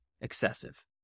excessive